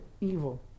evil